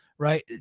Right